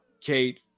Kate